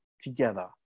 together